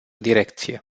direcție